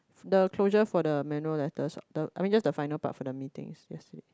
the closure for the manual letters what the I mean just the final part for meeting that's it